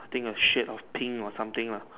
I think a shade of pink or something lah